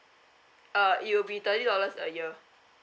uh it will be thirty dollars a year